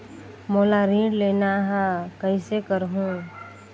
मोला ऋण लेना ह, कइसे करहुँ?